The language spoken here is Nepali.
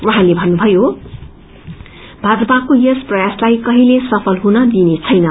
उहौंले मन्नुभयो भाजपाको यस प्रयासलाई कहिले सफल हुन दिइनेछैन